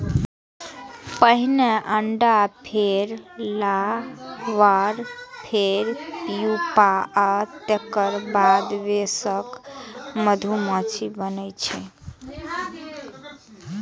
पहिने अंडा, फेर लार्वा, फेर प्यूपा आ तेकर बाद वयस्क मधुमाछी बनै छै